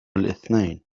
الإثنين